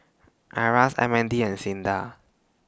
IRAS M N D and SINDA